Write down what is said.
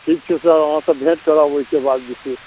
ठीक छै सर अहाँसँ भेट करब ओहिके बाद विशेष